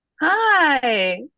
Hi